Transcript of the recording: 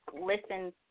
listen